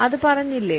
അത് പറഞ്ഞില്ലേ